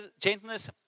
gentleness